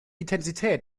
intensität